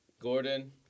Gordon